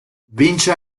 vince